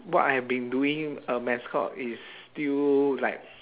what I've been doing a mascot is still like